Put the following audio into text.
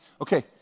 Okay